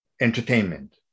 entertainment